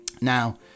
now